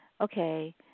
okay